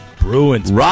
Bruins